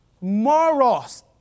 moros